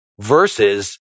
versus